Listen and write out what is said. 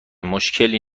مشکلی